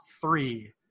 three